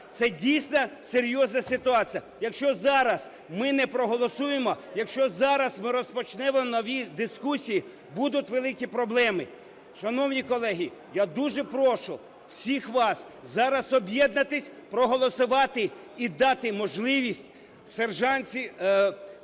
це, дійсно, серйозна ситуація. Якщо зараз ми не проголосуємо, якщо ми зараз розпочнемо нові дискусії, будуть великі проблеми. Шановні колеги, я дуже прошу всіх вас зараз об'єднатись, проголосувати - і дати можливість тій ланці освіті,